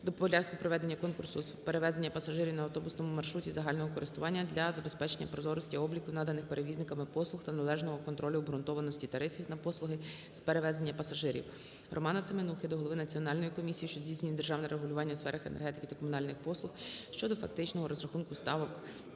до Порядку проведення конкурсу з перевезення пасажирів на автобусному маршруті загального користування для забезпечення прозорості обліку наданих перевізниками послуг та належного контролю обґрунтованості тарифів на послуги з перевезення пасажирів. Романа Семенухи до голови Національної комісії, що здійснює державне регулювання у сферах енергетики та комунальних послуг щодо фактичного розрахунку ставок